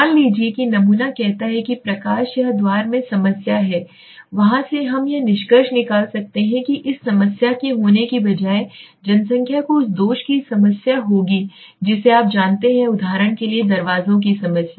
मान लीजिए कि नमूना कहता है कि प्रकाश या द्वार में समस्या है वहाँ से हम यह निष्कर्ष निकाल सकते हैं इस समस्या के होने के बाद जनसंख्या को उस दोष की समस्या होगी जिसे आप जानते हैं उदाहरण के लिए दरवाजों की समस्या